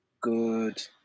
good